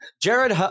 Jared